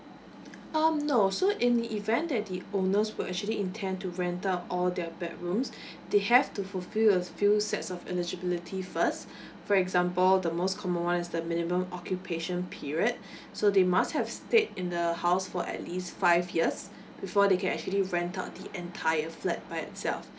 um no so in the event that the owners were actually intend to rent out all their bedrooms they have to fulfill us few sets of eligibility first for example the most common one is the minimum occupation period so they must have stayed in the house for at least five years before they can actually rent out the entire flat by itself